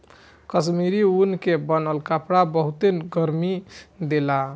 कश्मीरी ऊन के बनल कपड़ा बहुते गरमि देला